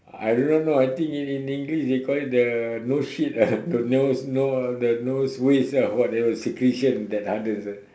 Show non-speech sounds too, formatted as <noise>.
I do not know I think in in English they call it the nose shit ah <laughs> the nose no~ the nose waste ah whatever secretion that hardens eh